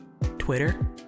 Twitter